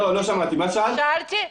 לא שמעתי את השאלה.